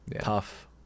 Tough